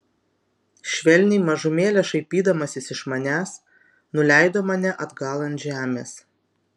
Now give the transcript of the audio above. švelniai mažumėlę šaipydamasis iš manęs nuleido mane atgal ant žemės